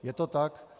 Je to tak?